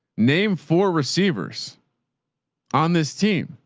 named four receivers on this team.